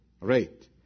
rate